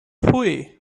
hooey